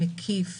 מקיף